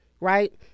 right